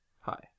Hi